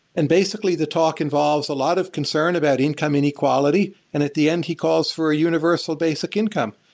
and basically, the talk involves a lot of concern about income and equality, and at the end he calls for a universal basic income.